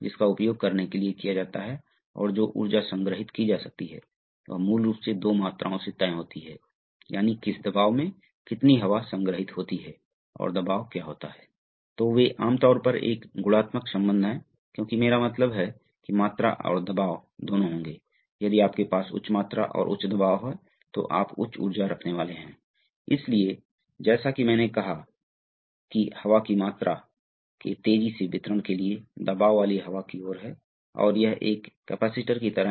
फिर क्या होने वाला है इससे जुड़ जाएगा और यह उससे जुड़ जाएगा यह मुख्य वाल्व है यह पायलट वाल्व है अर्थात एक वाल्व है जो दूसरे वाल्व को चलाता है ठीक उसी तरह आप एक कार के पायलट का अधिकार जानते हैं पायलट वास्तव में नेता है जो ड्राइव करेगा इस तरह से यह ड्राइविंग वाल्व है और यह चालित वाल्व है और बदले में यह पोर्ट शायद कनेक्टेड ये दो पोर्ट ए और बी हो सकते हैं मुख्य एक्ट्यूएटर से जुड़े होंगे जो कि बहुत भारी भार हो सकता है ठीक है इसलिए इस तरह से आपको पावर एम्प्लीफिकेशन मिलता है